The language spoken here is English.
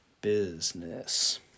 business